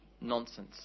nonsense